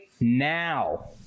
now